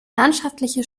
landschaftliche